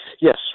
Yes